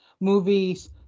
movies